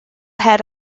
head